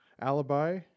Alibi